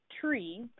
tree